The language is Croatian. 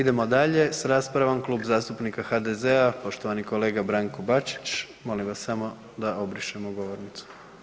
Idemo dalje s raspravom, Klub zastupnika HDZ-a, poštovani kolega Branko Bačić, molim vas samo da obrišemo govornicu.